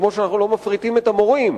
כמו שאנחנו לא מפריטים את המורים,